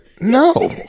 no